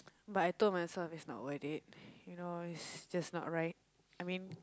but I told myself it's not worth it you know it's just not right I mean